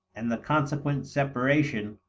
and the consequent separation,